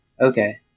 Okay